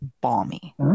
balmy